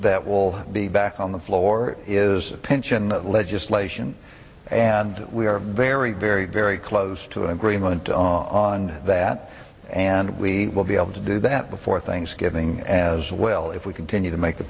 that will be back on the floor is pension legislation and we are very very very close to an agreement on that and we will be able to do that before thanksgiving as well if we continue to make the